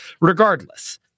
regardless